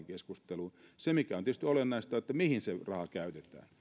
keskusteluun se mikä on tietysti olennaista on se mihin se raha käytetään